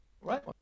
Right